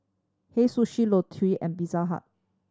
Hei Sushi Lotte and Pizza Hut